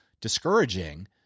discouraging